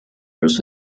was